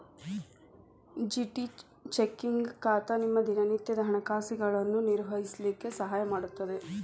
GT checking ಖಾತಾ ನಿಮ್ಮ ದಿನನಿತ್ಯದ ಹಣಕಾಸುಗಳನ್ನು ನಿರ್ವಹಿಸ್ಲಿಕ್ಕೆ ಸಹಾಯ ಮಾಡುತ್ತದೆ